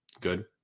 Good